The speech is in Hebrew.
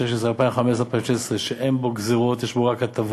ל-2015 ול-2016, שאין בו גזירות, יש בו רק הטבות.